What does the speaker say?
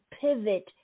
pivot